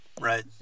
Right